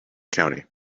county